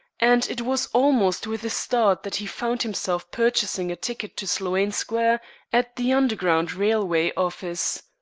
and it was almost with a start that he found himself purchasing a ticket to sloane square at the underground railway office.